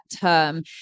term